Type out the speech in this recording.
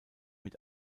mit